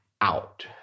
out